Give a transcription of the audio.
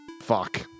fuck